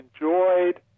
enjoyed